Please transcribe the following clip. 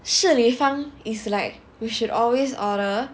Shi Li Fang is like we should always order